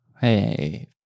Hey